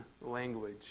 language